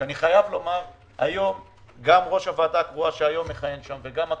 אני חייב לומר שהיום גם ראש הוועדה הקבועה שמכהן היום וגם הקודם,